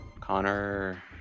Connor